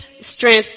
strength